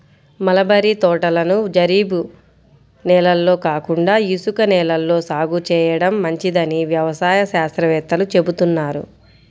mulberry తోటలను జరీబు నేలల్లో కాకుండా ఇసుక నేలల్లో సాగు చేయడం మంచిదని వ్యవసాయ శాస్త్రవేత్తలు చెబుతున్నారు